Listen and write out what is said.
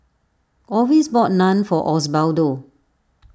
Orvis bought Naan for Osbaldo